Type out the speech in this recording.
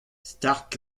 start